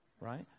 right